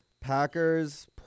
packers